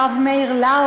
הרב מאיר לאו,